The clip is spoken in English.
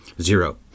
Zero